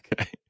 Okay